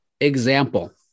Example